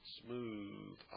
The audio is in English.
smooth